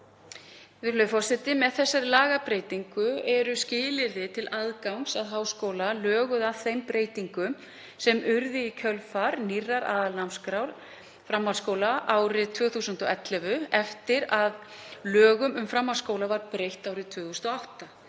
Virðulegur forseti. Með þessari lagabreytingu eru skilyrði til aðgangs að háskóla löguð að þeim breytingum sem urðu í kjölfar nýrrar aðalnámskrár framhaldsskóla árið 2011 eftir að lögum um framhaldsskóla var breytt árið 2008.